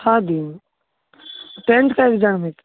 छओ दिन टेंथके एग्जाम है